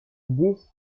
disque